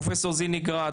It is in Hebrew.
פרופסור זיניגרד,